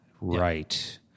Right